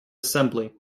assembly